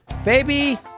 Baby